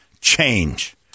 Change